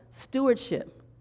stewardship